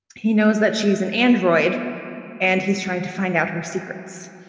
he knows that she's an android and he's trying to find out her secrets.